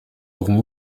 auront